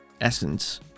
essence